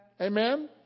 Amen